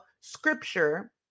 scripture